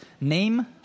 name